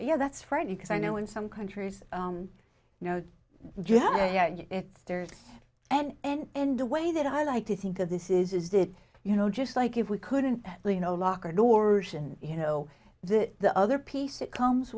yeah that's right because i know in some countries you know it stares and end and the way that i like to think of this is is that you know just like if we couldn't you know lock our doors and you know that the other piece it comes